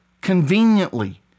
conveniently